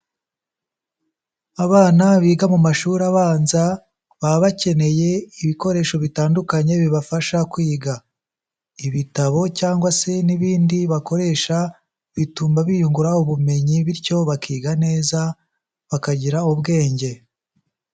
Abana biga mu mashuri abanza, baba bakeneye ibikoresho bitandukanye bibafasha kwiga. Ibitabo cyangwa se n'ibindi bakoresha, bituma biyungura ubumenyi bityo bakiga neza, bakagira ubwenge.